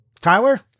Tyler